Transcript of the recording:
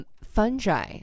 Fungi